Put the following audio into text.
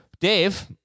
dave